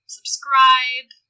Subscribe